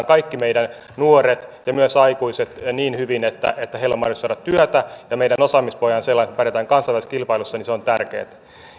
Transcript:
kaikki meidän nuoret ja myös aikuiset niin hyvin että heillä on mahdollisuus saada työtä ja meidän osaamispohjamme on sellainen että pärjäämme kansainvälisessä kilpailussa